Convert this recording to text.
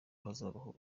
hazabaho